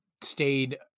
stayed